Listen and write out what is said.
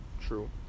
True